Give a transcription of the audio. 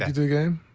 and the game?